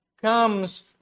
Comes